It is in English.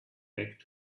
back